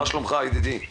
מה שלומך ידידי?